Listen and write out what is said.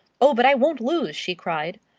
oh, but i won't lose! she cried.